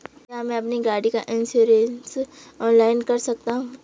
क्या मैं अपनी गाड़ी का इन्श्योरेंस ऑनलाइन कर सकता हूँ?